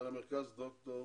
מנהל המרכז, ד"ר